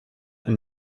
elle